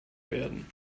werden